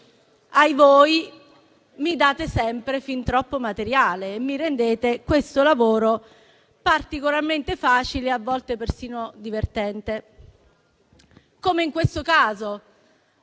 ahivoi - mi date sempre fin troppo materiale e mi rendete il lavoro particolarmente facile, a volte persino divertente. Come in questo caso,